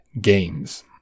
games